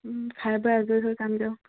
খাই বৈ আজৰি হৈ যাম দিয়ক